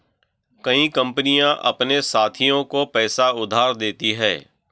कई कंपनियां अपने साथियों को पैसा उधार देती हैं